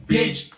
Bitch